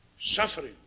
Suffering